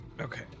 Okay